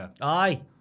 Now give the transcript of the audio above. Aye